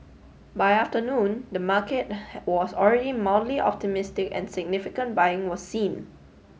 by afternoon the market was already optimistic and significant buying was seen